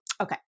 Okay